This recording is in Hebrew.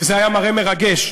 וזה היה מראה מרגש.